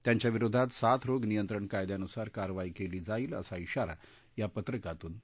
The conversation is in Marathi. त्यांच्याविरोधात साथरोग नियंत्रण कायद्यानुसार कारवाई केली जाईल असा इशारा या पत्रकातून दिला आहे